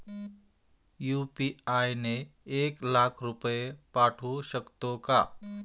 UPI ने एक लाख रुपये पाठवू शकतो का?